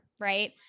Right